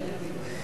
יצוין עוד